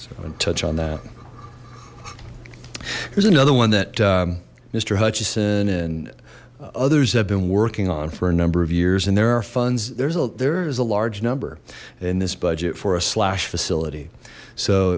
touch on that here's another one that mister hutchison and others have been working on for a number of years and there are funds there's a there is a large number in this budget for a slash facility so